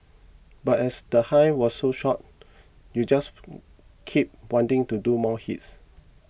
but as the high was so short you just keep wanting to do more hits